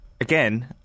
again